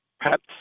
pets